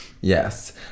Yes